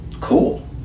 cool